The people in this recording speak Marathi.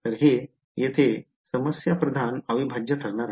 तर हे येथे समस्याप्रधान अविभाज्य ठरणार आहे